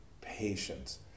patience